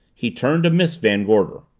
he turned to miss van gorder.